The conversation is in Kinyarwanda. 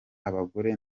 abagore